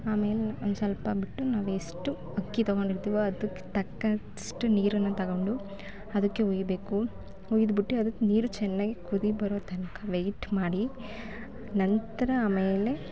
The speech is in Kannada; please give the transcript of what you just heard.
ಆಮೇಲೆ ಒಂದು ಸ್ವಲ್ಪ ಬಿಟ್ಟು ನಾವೆಷ್ಟು ಅಕ್ಕಿ ತೊಗೊಂಡಿರ್ತೀವೋ ಅದಕ್ಕೆ ತಕ್ಕಷ್ಟು ನೀರನ್ನು ತಗೊಂಡು ಅದಕ್ಕೆ ಹುಯ್ಬೇಕು ಹುಯ್ದ್ ಬಿಟ್ಟು ಅದಕ್ಕೆ ನೀರು ಚೆನ್ನಾಗಿ ಕುದಿ ಬರೋ ತನಕ ವೇಯ್ಟ್ ಮಾಡಿ ನಂತರ ಆಮೇಲೆ